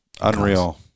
Unreal